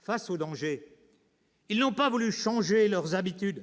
Face au danger, ils n'ont pas voulu changer leurs habitudes,